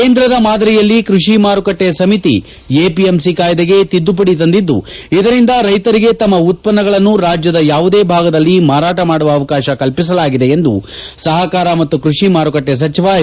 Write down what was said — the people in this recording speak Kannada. ಕೇಂದ್ರದ ಮಾದರಿಯಲ್ಲಿ ಕೈಷಿ ಮಾರುಕಟ್ಷೆ ಸಮಿತಿ ಎಪಿಎಂಸಿ ಕಾಯ್ಗೆಗೆ ತಿದ್ದುಪಡಿ ತಂದಿದ್ದು ಇದರಿಂದ ರೈತರಿಗೆ ತಮ್ಮ ಉತ್ತನ್ನಗಳನ್ನು ರಾಜ್ಞದ ಯಾವುದೇ ಭಾಗದಲ್ಲಿ ಮಾರಾಟ ಮಾಡುವ ಅವಕಾಶ ಕಲ್ಪಿಸಲಾಗಿದೆ ಎಂದು ಸಹಕಾರ ಮತ್ತು ಕೃಷಿ ಮಾರುಕಟ್ಟಿ ಸಚಿವ ಎಸ್